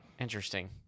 Interesting